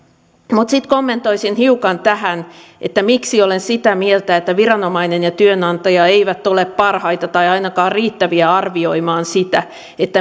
sitten kommentoisin hiukan tähän miksi olen sitä mieltä että viranomainen ja työnantaja eivät ole parhaita tai ainakaan riittäviä arvioimaan sitä